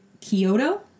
Kyoto